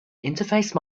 interface